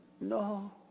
no